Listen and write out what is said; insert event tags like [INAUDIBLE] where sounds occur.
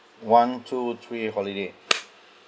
one two three holiday [NOISE]